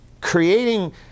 creating